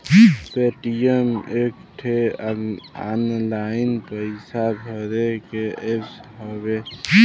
Paytm एक ठे online पइसा भरे के ऐप हउवे